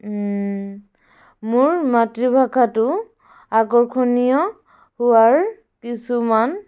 মোৰ মাতৃভাষাটো আকৰ্ষণীয় হোৱাৰ কিছুমান